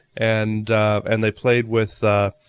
and and they played with the.